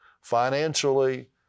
financially